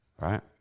Right